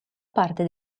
parte